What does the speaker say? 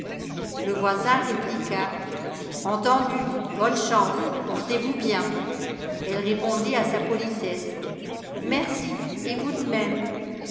le voisin répliqua entendu bonne chance portez-vous bien elle répondit à sa politesse merci et vous d même